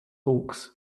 hawks